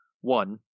One